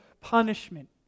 punishment